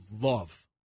love